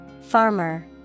Farmer